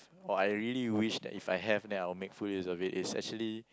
or I really wish that if I have then I will make full use of it is actually